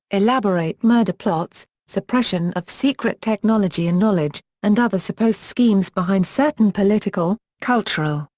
elaborate murder plots, suppression of secret technology and knowledge, and other supposed schemes behind certain political, cultural,